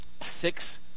six